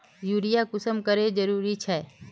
Urea कुंसम करे जरूरी छै?